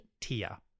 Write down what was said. Tia